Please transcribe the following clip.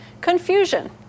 confusion